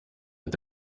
ati